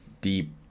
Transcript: deep